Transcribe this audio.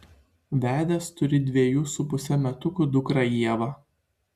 vedęs turi dviejų su puse metukų dukrą ievą